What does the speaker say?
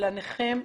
לנכים ולמשפחות?